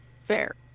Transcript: Fair